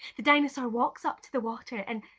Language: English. the dinosaur walks up to the water and,